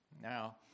Now